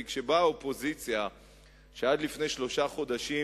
כי כשבאה אופוזיציה שעד לפני שלושה חודשים